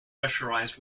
pressurized